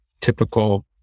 typical